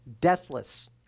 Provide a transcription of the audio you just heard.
deathless